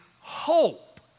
hope